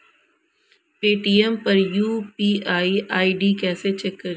Paytm पर UPI ID कैसे check करें?